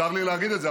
צר לי להגיד את זה,